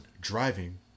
Driving